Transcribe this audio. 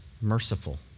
merciful